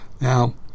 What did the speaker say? Now